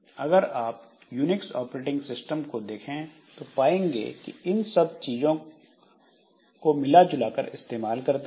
अगर आप Unix operating system को देखें तो पाएंगे कि यह इन सब चीजों को मिला जुला कर इस्तेमाल करता है